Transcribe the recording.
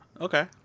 Okay